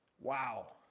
wow